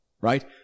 Right